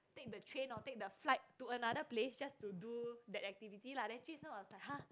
take the train or take the flight to another place just to do the activity lah then jun sheng was like !huh!